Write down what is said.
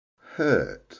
Hurt